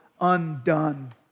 undone